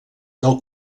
del